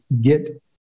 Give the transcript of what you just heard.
get